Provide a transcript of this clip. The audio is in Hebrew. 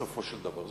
בסופו של דבר.